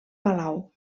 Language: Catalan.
palau